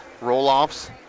roll-offs